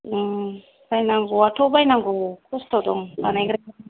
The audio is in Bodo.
बायनांगौ या थ' बायनांगौ खस्थ' दं